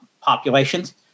populations